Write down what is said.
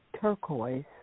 turquoise